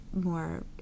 more